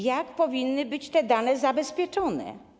Jak powinny być te dane zabezpieczone?